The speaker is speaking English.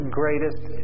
greatest